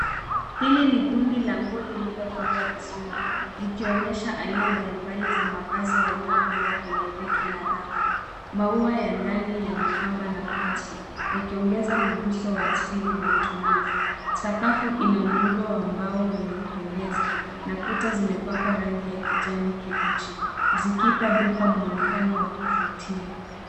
Hili ni kundi la nguo lililopangwa vizuri, likionyesha aina mbalimbali za mavazi yaliyopangwa kwenye reki na rafu. Maua ya ndani yanapamba nafasi, yakiongeza mguso wa asili na utulivu. Sakafu ina muundo wa mbao wenye kupendeza, na kuta zimepakwa rangi ya kijani kibichi, zikipa duka muonekano wa kuvutia.